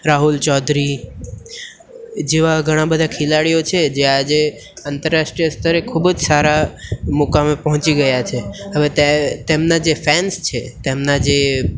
રાહુલ ચૌધરી જેવા ઘણા બધા ખેલાડીઓ છે જે આજે આંતરરાષ્ટ્રીય સ્તરે ખૂબ જ સારા મૂકામે પહોંચી ગયા છે હવે તે તેમના જે ફેન્સ છે તેમના જે